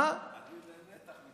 איזה מתח.